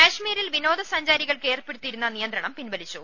കശ്മീരിൽ വിനോദ സഞ്ചാരികൾക്ക് ഏർപ്പെടുത്തിയിരുന്ന നിയന്ത്രണം പിൻവലിച്ചു